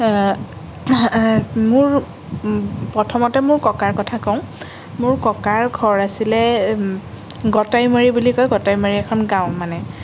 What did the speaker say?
মোৰ প্ৰথমতে মোৰ ককাৰ কথা কওঁ মোৰ ককাৰ ঘৰ আছিলে গটাইমাৰি বুলি কয় গটাইমাৰি এখন গাঁও মানে